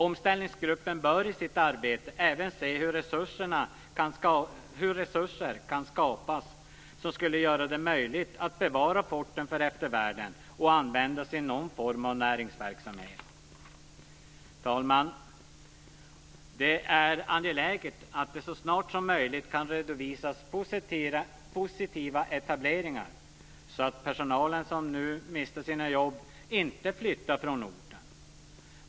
Omställningsgruppen bör i sitt arbete även se hur resurser kan skapas som skulle göra det möjligt att bevara forten för eftervärlden och användas i någon form av näringsverksamhet. Fru talman! Det är angeläget att det så snart som möjligt kan redovisas positiva etableringar, så att personalen som nu mister sina jobb inte flyttar från orten.